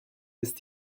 ist